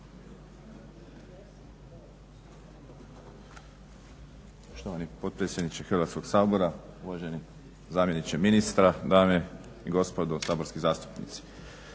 Hvala.